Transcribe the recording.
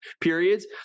periods